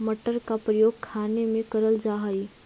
मटर का प्रयोग खाने में करल जा हई